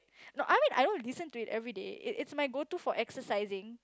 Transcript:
no I mean I don't listen to it everyday it it's my go to for exercising